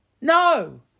No